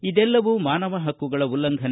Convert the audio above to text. ಇದೆಲ್ಲವೂ ಮಾನವ ಹಕ್ಕುಗಳ ಉಲ್ಲಂಘನೆ